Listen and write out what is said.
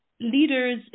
Leaders